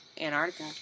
Antarctica